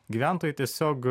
gyventojai tiesiog